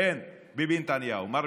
כן, ביבי נתניהו, מר ביטחון.